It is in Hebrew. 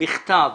בכתב